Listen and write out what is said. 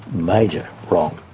major wrong.